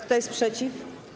Kto jest przeciw?